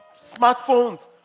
smartphones